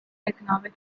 economic